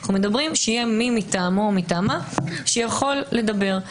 אנו מדברים שיהיה מי ממטעמם שיכול לדבר,